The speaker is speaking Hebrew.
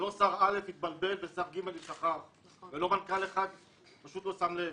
זה לא ששר א' התבלבל ושר ג' שכח או שמנכ"ל לא שם לב.